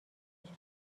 اتش